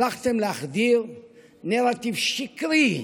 להחדיר נרטיב שקרי,